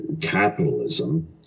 capitalism